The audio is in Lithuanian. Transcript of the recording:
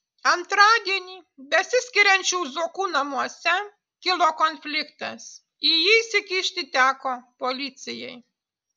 antradienį besiskiriančių zuokų namuose kilo konfliktas į jį įsikišti teko policijai